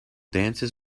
dances